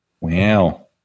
wow